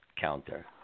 counter